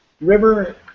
River